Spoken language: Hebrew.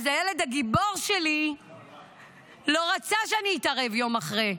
אז הילד הגיבור שלי לא רצה שאני אתערב יום אחרי.